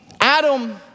Adam